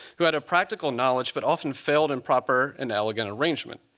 who had a practical knowledge but often failed in proper and elegant arrangement,